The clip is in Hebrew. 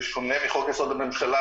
בשונה מחוק יסוד: הממשלה,